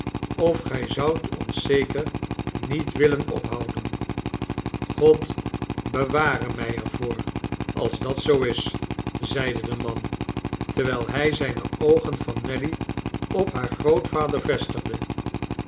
of gij zoudt ons zeker niet willen ophouden god beware mij er voor als dat zoo is zeide de man terwijl hij zijne oogen van nelly op haar grootvader vestigde